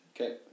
okay